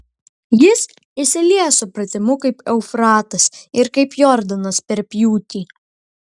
jis išsilieja supratimu kaip eufratas ir kaip jordanas per pjūtį